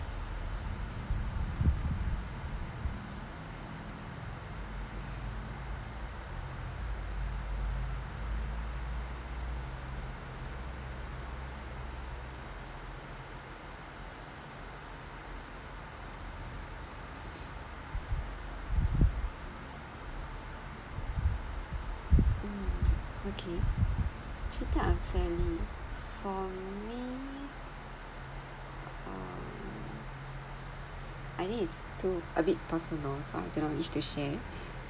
mm okay treated unfairly for me um I think it's too a bit possible so I do not wish to share